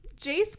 Jace